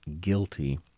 guilty